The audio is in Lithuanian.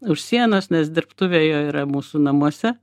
už sienos nes dirbtuvė yra mūsų namuose